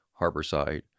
Harborside